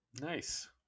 Nice